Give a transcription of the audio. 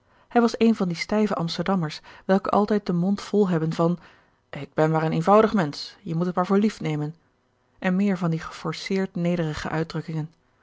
hij was een van die stijve amsterdammers welke altijd den mond vol hebben van ik ben maar een eenvoudig mensch je moet het maar voor lief nemen en meer van die geforceerd nederige uitdrukkingen